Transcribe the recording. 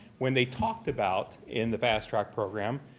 when they talked about, in the fasttrac program,